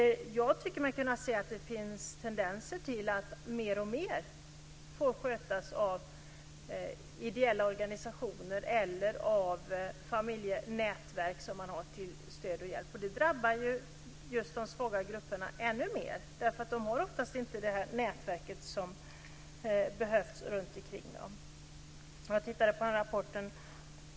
Jag tycker mig kunna se att det finns tendenser till att mer och mer får skötas av ideella organisationer eller av familjenätverk, som man har till stöd och hjälp. Det drabbar de svaga grupperna ännu mer, eftersom de oftast inte har det nätverk som behövs omkring sig. Jag läste en rapport.